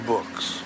Books